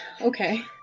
Okay